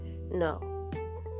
no